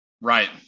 Right